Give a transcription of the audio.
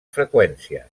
freqüència